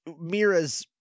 Mira's